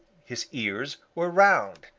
his ears were round.